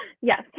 yes